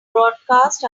broadcast